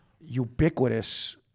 ubiquitous